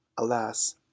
Alas